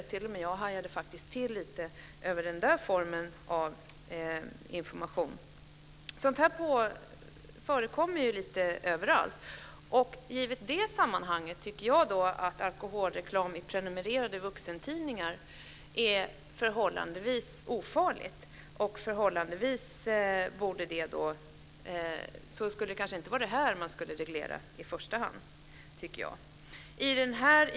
T.o.m. jag hajade faktiskt till lite inför den formen av information. Sådant här förekommer lite överallt. Givet det sammanhanget tycker jag att alkoholreklam i prenumererade vuxentidningar är förhållandevis ofarlig. Jag tycker kanske inte att det i första hand är sådant som borde regleras.